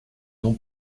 nom